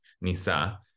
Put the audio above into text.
nisa